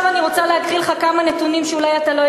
עכשיו אני רוצה להקריא לך כמה נתונים ממדינות